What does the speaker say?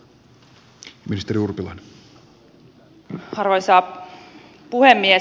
arvoisa puhemies